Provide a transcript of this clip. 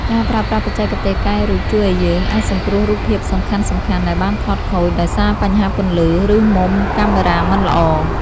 ការប្រើប្រាស់បច្ចេកទេសកែរូបជួយឱ្យយើងអាចសង្គ្រោះរូបភាពសំខាន់ៗដែលបានថតខូចដោយសារបញ្ហាពន្លឺ ឬមុំកាមេរ៉ាមិនល្អ។